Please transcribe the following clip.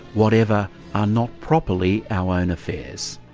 whatever are not properly our own affairs.